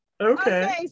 okay